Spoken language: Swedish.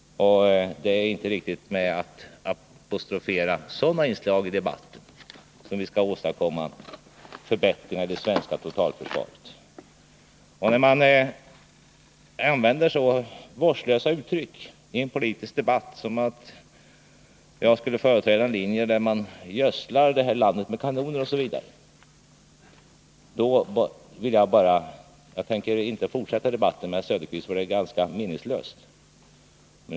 Det är inte genom att åberopa sådana inslag i debatten som vi skall åstadkomma förbättringar i det svenska totalförsvaret. När herr Söderqvist i en politisk debatt använder så vårdslösa uttryck att han säger att jag företräder en linje som gödslar det här landet med kanoner, tycker jag det är meningslöst att fortsätta debatten med honom.